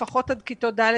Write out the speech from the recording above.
לפחות עד כיתות ד',